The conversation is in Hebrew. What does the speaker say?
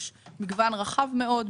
יש מגוון רחב מאוד,